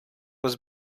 was